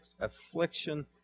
affliction